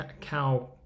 cow